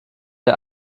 der